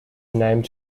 named